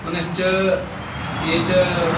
पुनश्च ये च